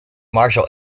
marshal